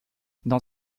dans